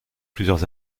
plusieurs